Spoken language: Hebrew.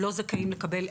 לא זכאים לקבל,